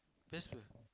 Facebook